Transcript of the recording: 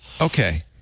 Okay